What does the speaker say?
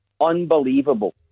unbelievable